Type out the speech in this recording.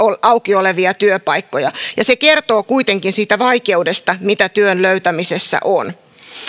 auki olevia työpaikkoja ja se kertoo kuitenkin siitä vaikeudesta mitä työn löytämisessä on